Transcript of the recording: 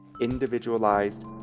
individualized